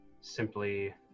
simply